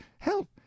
Help